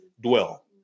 dwell